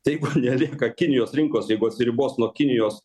taip netenka kinijos rinkosjeigu atsiribos nuo kinijos